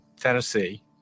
Tennessee